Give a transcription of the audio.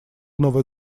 новый